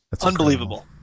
Unbelievable